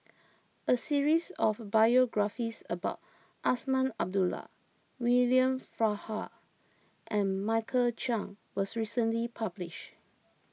a series of biographies about Azman Abdullah William Farquhar and Michael Chiang was recently published